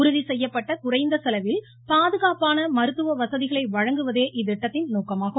உறுதி செய்யப்பட்ட குறைந்த செலவில் பாதுகாப்பான மருத்துவ வசதிகளை வழங்குவதே இத்திட்டத்தின் நோக்கமாகும்